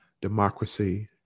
democracy